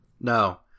No